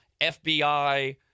FBI